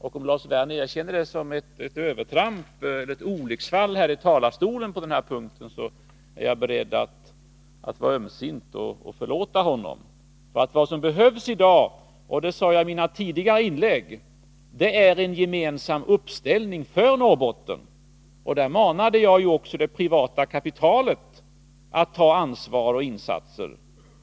Om Lars Werner erkänner detta som ett övertramp eller ett olycksfall i talarstolen på denna punkt, är jag beredd att vara ömsint och förlåta honom. För vad som behövs i dag — och det sade jag också i mina tidigare inlägg — är en gemensam uppställning för Norrbotten. Jag manade där också det privata kapitalet att ta ansvar och göra insatser.